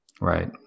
Right